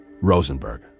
Rosenberg